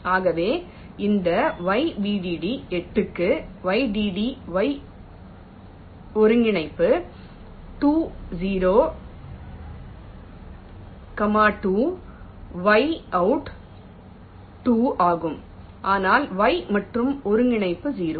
ஆகவே இந்த y vdd 8 க்குள் vdd y ஒருங்கிணைப்பு 2 0 கமா 2 y out கூட 2 ஆகும் ஆனால் y மற்றும் ஒருங்கிணைப்பு 0